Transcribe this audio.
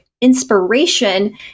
inspiration